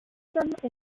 wisdom